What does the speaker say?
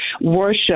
Worship